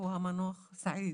הוא המנוח סעיד.